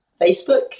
facebook